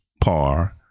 par